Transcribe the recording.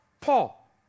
Paul